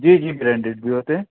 جی جی برانڈیڈ بھی ہوتے ہیں